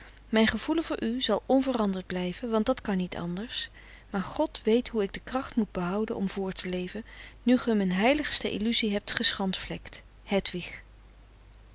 mijn gevoelen voor u zal onveranderd blijven want dat kan niet anders maar god weet hoe ik de kracht moet behouden om voort te leven nu ge mijn heiligste illusie hebt geschandvlekt hedwig